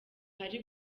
hari